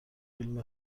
فیلم